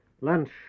Lunch